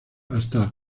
hasta